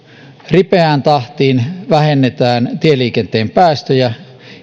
ripeään tahtiin vähennetään tieliikenteen päästöjä tämä on